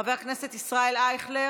חבר הכנסת ישראל אייכלר,